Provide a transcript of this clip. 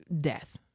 death